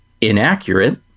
inaccurate